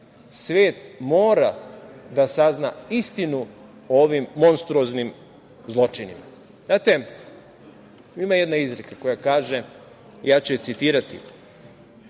Svet mora da sazna istinu o ovim monstruoznim zločinima. Znate, ima jedna izreka koja kaže, ja ću je citirati: